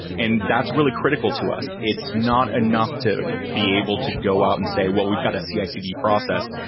and that's really critical to us. it's not enough to be able to go out and say, well, we've got a csv process,